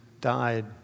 died